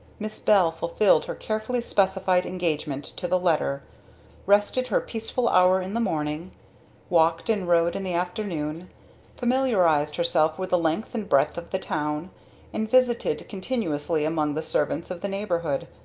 miss bell fulfilled her carefully specified engagement to the letter rested her peaceful hour in the morning walked and rode in the afternoon familiarized herself with the length and breadth of the town and visited continuously among the servants of the neighborhood,